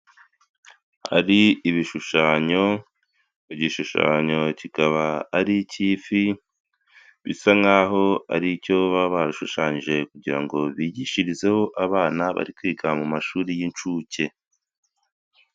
Igishushanyo kiri kugaragara kikaba ari icy'ifi bisa nk'aho ari icyo baba bashushanyije kugira ngo bikigishirizeho abana bari kwiga mu mashuri y'incuke.